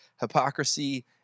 hypocrisy